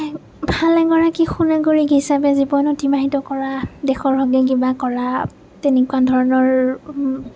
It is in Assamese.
ভাল এগৰাকী সুনাগৰিক হিচাবে জীৱন অতিবাহিত কৰা দেশৰ বাবে কিবা কৰা তেনেকুৱা ধৰণৰ